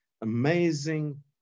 amazing